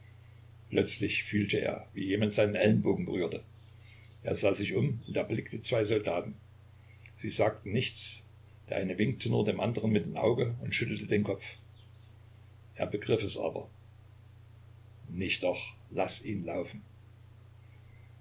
plötzlich fühlte er wie jemand seinen ellenbogen berührte er sah sich um und erblickte zwei soldaten sie sagten nichts der eine winkte nur dem andern mit den augen und schüttelte den kopf er begriff es aber nicht doch laß ihn laufen